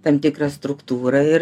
tam tikrą struktūrą ir